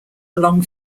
along